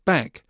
Back